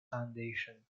foundation